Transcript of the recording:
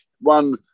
one